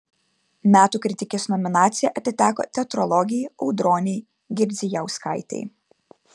metų kritikės nominacija atiteko teatrologei audronei girdzijauskaitei